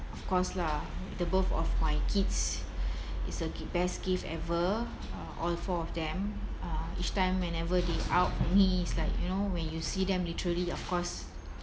of course lah the birth of my kids is a best gift ever uh all four of them uh each time whenever they out only it's like you know when you see them literally of course